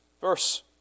verse